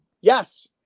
Yes